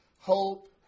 hope